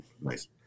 Nice